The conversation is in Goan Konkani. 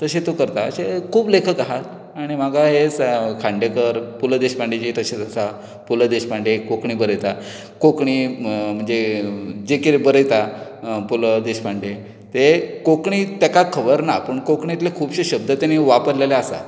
तशें तूं करता अशे खूब लेखक आसात आनी म्हाका हे खांडेकर पु ल देशपांडे तशेच आसा पु ल देशपांडे कोंकणी बरयता कोंकणी म्हणजे जें कितें बरयता पु ल देशपांडे तें कोंकणी ताका खबर ना पूण कोंकणींतले खुबशे शब्द ताणें वापरलेले आसात